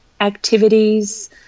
activities